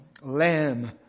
lamb